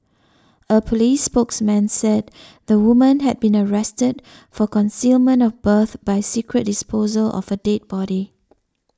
a police spokesman said the woman had been arrested for concealment of birth by secret disposal of a dead body